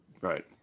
Right